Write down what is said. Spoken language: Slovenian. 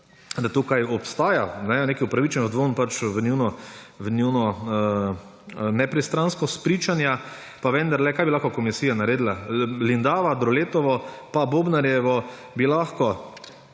da tukaj obstaja nek upravičen dvom v njuno nepristranskost pričanja. Pa vendarle ‒ kaj bi lahko komisija naredila? Lindava, Droletovo pa Bobnarjevo bi lahko